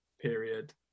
period